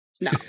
No